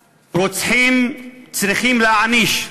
רוצחים, צריכים להעניש.